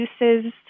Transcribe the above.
uses